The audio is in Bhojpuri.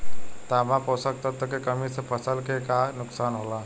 तांबा पोषक तत्व के कमी से फसल के का नुकसान होला?